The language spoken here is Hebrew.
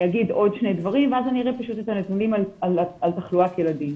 אגיד עוד שני דברים ואז אראה את הנתונים על תחלואת ילדים.